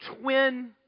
twin